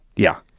yeah.